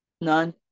none